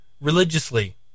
religiously